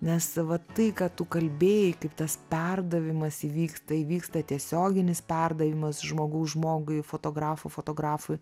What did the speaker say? nes vat tai ką tu kalbėjai kaip tas perdavimas įvyksta įvyksta tiesioginis perdavimas žmogaus žmogui fotografo fotografui